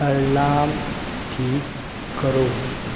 alarm ठीक करो